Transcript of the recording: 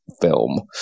film